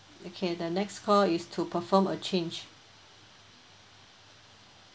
okay the next call is to perform a change